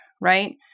right